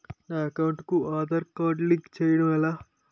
నా అకౌంట్ కు Aadhaar card link చేయడం ఎలా?